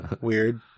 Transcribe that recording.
Weird